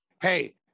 Hey